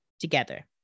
together